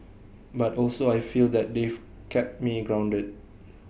but also I feel that they've kept me grounded